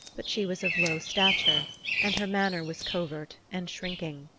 but she was of low stature and her manner was covert and shrinking.